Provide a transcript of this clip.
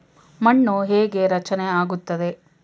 ಮಣ್ಣು ಹೇಗೆ ರಚನೆ ಆಗುತ್ತದೆ?